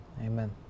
Amen